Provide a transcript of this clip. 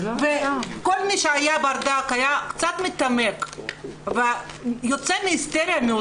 כל מי שבר דעת היה קצת מתעמק ויוצא מהיסטריה מיותרת,